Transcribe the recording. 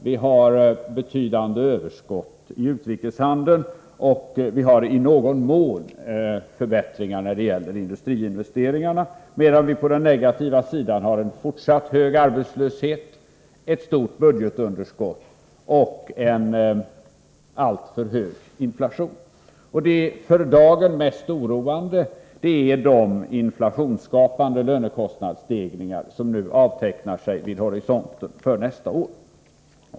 Vi har ett betydande överskott i utrikeshandeln och i någon mån också förbättringar av industriinvesteringarna, medan vi på den negativa sidan har en fortsatt hög arbetslöshet, ett stort budgetunderskott och en alltför hög inflation. Det för dagen mest oroande är de inflationsskapande lönekostnadsstegringar som nu avtecknar sig vid horisonten inför nästa år.